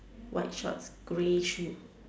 white shorts grey shoe